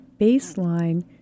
baseline